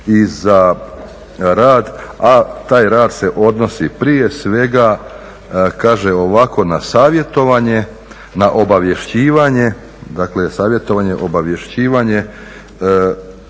i za rad, a taj rad se odnosi prije svega, kaže ovako, na savjetovanje, na obavješćivanje, dva glavna elementa,